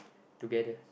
together